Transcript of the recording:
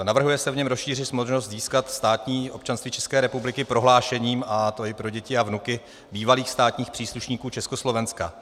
Navrhuje se v něm rozšířit možnost získat státní občanství České republiky prohlášením, a to i pro děti a vnuky bývalých státních příslušníků Československa.